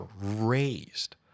raised